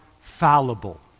fallible